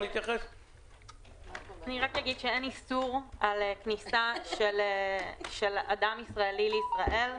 אין איסור על כניסה של אדם ישראלי לישראל,